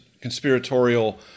conspiratorial